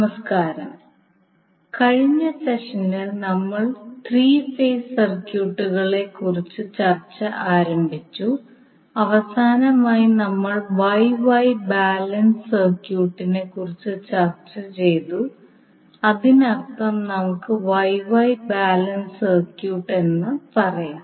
നമസ്കാരം കഴിഞ്ഞ സെഷനിൽ നമ്മൾ 3 ഫേസ് സർക്യൂട്ടുകളെക്കുറിച്ച് ചർച്ച ആരംഭിച്ചു അവസാനമായി നമ്മൾ Y Y ബാലൻസ് സർക്യൂട്ടിനെക്കുറിച്ച് ചർച്ചചെയ്തു അതിനർത്ഥം നമുക്ക് Y Y ബാലൻസ് സർക്യൂട്ട് എന്നും പറയാം